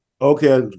Okay